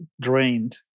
drained